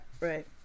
right